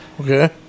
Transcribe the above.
Okay